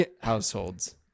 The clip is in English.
households